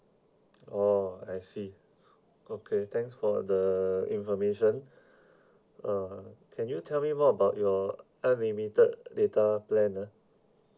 oh I see okay thanks for the information uh can you tell me more about your unlimited data plan ah